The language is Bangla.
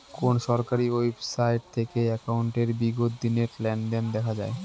কোন সরকারি ওয়েবসাইট থেকে একাউন্টের বিগত দিনের লেনদেন দেখা যায়?